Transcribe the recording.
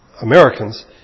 Americans